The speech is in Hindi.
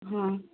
हाँ